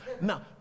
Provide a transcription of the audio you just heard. Now